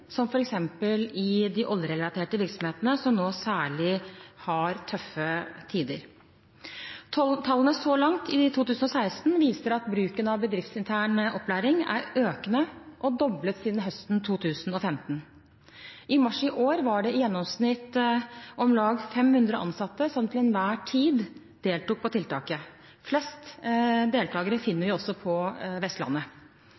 som f.eks. oljerelaterte virksomheter som særlig har tøffe tider. Tallene så langt i 2016 viser at bruken av bedriftsintern opplæring er økende og doblet siden høsten 2015. I mars i år var det i gjennomsnitt om lag 500 ansatte som til enhver tid deltok på tiltaket. Flest